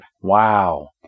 Wow